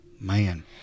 man